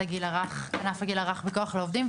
ענף הגיל הרך בכוח לעובדים.